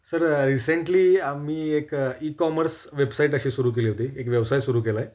sir recently आम्ही एक e commerce website अशी सुरू केली होती एक व्यवसाय सुरू केला आहे